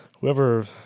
whoever